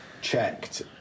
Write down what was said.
checked